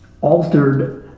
altered